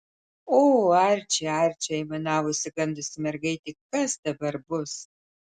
o arči arči aimanavo išsigandusi mergaitė kas dabar bus